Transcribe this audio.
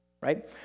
right